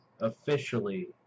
officially